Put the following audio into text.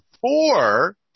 four